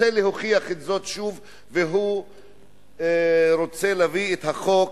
רוצה להוכיח זאת שוב ורוצה להביא את החוק